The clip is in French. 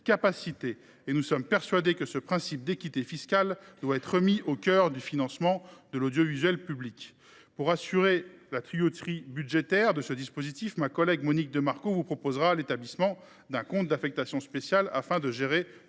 capacités. Nous sommes persuadés que ce principe d’équité fiscale doit être remis au cœur du financement de l’audiovisuel public. Pour ce qui concerne la tuyauterie budgétaire de ce dispositif, ma collègue Monique de Marco vous proposera l’établissement d’un compte d’affectation spéciale, permettant